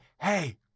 hey